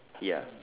ya